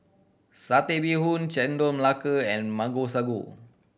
Satay Bee Hoon Chendol Melaka and Mango Sago